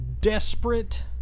desperate